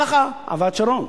ככה עבד שרון,